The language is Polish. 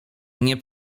nie